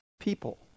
people